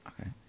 Okay